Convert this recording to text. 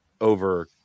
over